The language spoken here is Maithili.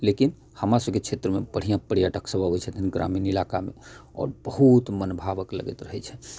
लेकिन हमरा सबके क्षेत्र मे बढिऑं पर्यटक सब अबै छथिन ग्रामीण इलाका मे आओर बहुत मनभावक लगैत रहै छै